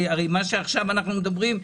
הרי מה שעכשיו אנחנו מדברים,